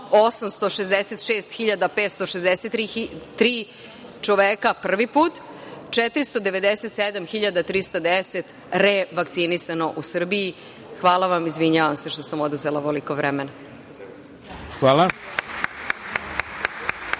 866.563 čoveka prvi put, 497.310 revakcinisanih u Srbiji. Hvala vam. Izvinjavam se što sam oduzela ovoliko vremena. **Ivica